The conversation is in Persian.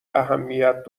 اهمیت